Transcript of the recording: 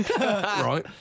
right